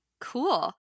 cool